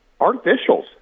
Artificials